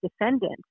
defendant